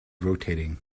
rotating